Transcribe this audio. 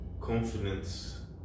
confidence